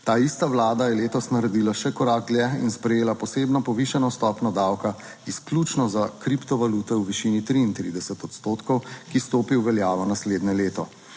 Ta ista vlada je letos naredila še korak dlje in sprejela posebno povišano stopnjo davka izključno za kriptovalute v višini 33 odstotkov, ki stopi v veljavo naslednje leto.